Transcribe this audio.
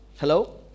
Hello